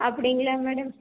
அப்படிங்களா மேடம்